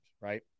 right